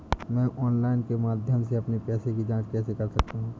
मैं ऑनलाइन के माध्यम से अपने पैसे की जाँच कैसे कर सकता हूँ?